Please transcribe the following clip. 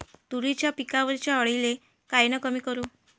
तुरीच्या पिकावरच्या अळीले कायनं कमी करू?